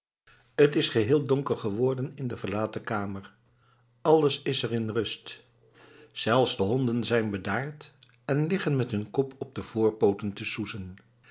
t is geheel donker geworden in de verlaten kamer alles is er in rust zelfs de honden zijn bedaard en liggen met hun kop op de voorpooten te soezen